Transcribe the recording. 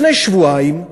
לפני שבועיים,